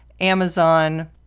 Amazon